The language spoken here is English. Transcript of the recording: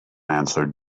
answered